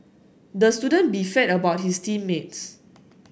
the student beefed about his team mates